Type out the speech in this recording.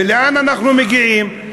לאן אנחנו מגיעים?